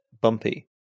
bumpy